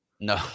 No